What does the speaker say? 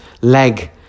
leg